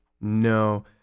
No